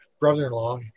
brother-in-law